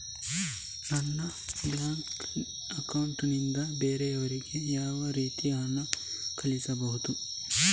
ನನ್ನ bank account ನಿಂದ ಬೇರೆಯವರಿಗೆ ಯಾವ ರೀತಿ ಹಣ ಕಳಿಸಬಹುದು?